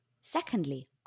Secondly